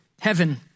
heaven